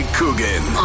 Coogan